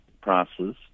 prices